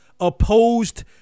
opposed